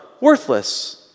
worthless